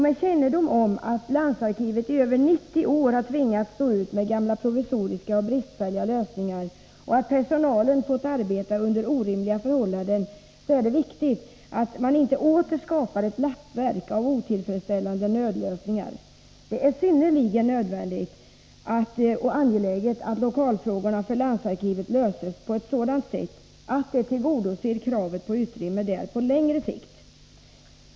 Med tanke på att landsarkivet i över 90 år har tvingats stå ut med gamla provisoriska och bristfälliga lösningar och att personalen fått arbeta under orimliga förhållanden är det viktigt att man inte åter skapar ett lappverk av otillfredsställande nödlösningar. Det är synnerligen angeläget att lokalfrågorna för landsarkivet löses på ett sådant sätt att det tillgodoser kravet på utrymme på längre sikt.